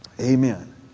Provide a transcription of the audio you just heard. amen